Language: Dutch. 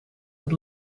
het